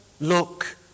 look